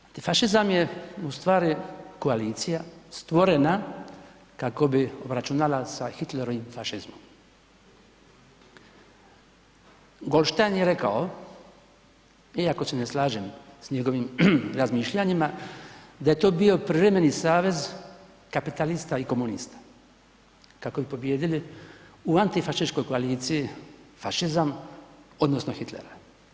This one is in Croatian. Antifašizam je ustvari koalicija stvorena kako bi obračunala sa Hitlerovim fašizmom, Goldstein je rekao, iako se ne slažem s njegovim razmišljanjima, da je to bio privremeni savez kapitalista i komunista kako bi pobijedili u antifašističkoj koaliciji fašizam odnosno Hitlera.